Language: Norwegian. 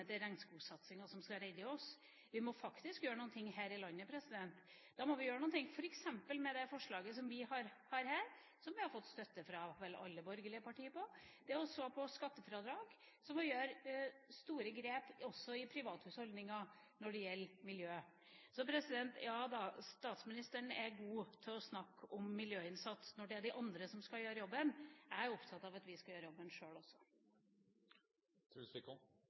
de fattige landene som skal gjøre hele jobben, gjennom at det er regnskogsatsingen som skal redde oss. Vi må faktisk gjøre noe her i landet, f.eks. med det forslaget vi har – som vi vel har fått støtte fra alle borgerlige partier på – om å se på skattefradrag. Så får vi gjort store grep også i privathusholdninger når det gjelder miljø. Ja, statsministeren er god til å snakke om miljøinnsats når det er de andre som skal gjøre jobben. Jeg er opptatt av at vi skal gjøre jobben sjøl